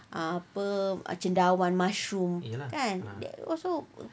apa cendawan mushroom kan that also